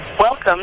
Welcome